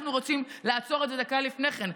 אנחנו רוצים לעצור את זה דקה לפני כן,